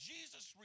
Jesus